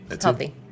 healthy